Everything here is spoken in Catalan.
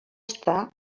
està